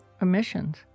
emissions